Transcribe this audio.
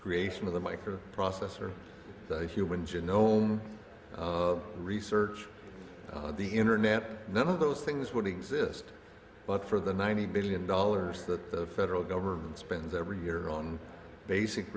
creation of the micro processor the human genome research the internet none of those things would exist but for the ninety billion dollars that the federal government spends every year on basic